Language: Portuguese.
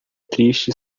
triste